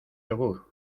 yogur